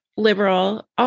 Liberal